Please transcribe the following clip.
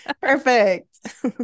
Perfect